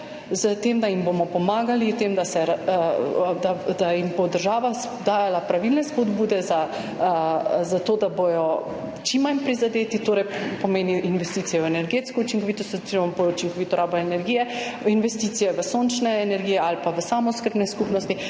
s tem, da jim bomo pomagali, s tem, da jim bo država dajala pravilne spodbude za to, da bodo čim manj prizadeti, to pomeni investicije v energetsko učinkovitost oziroma bolj učinkovito rabo energije, investicije v sončne energije ali pa v samooskrbne skupnosti.